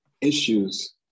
issues